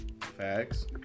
Facts